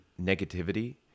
negativity